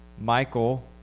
Michael